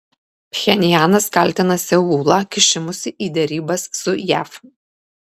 pchenjanas kaltina seulą kišimusi į derybas su jav